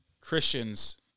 Christians